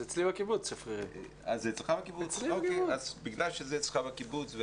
אז בגלל שזה אצלך בקיבוץ,